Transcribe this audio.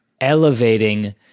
elevating